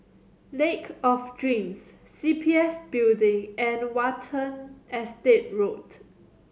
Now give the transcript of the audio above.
Lake of Dreams C P F Building and Watten Estate Road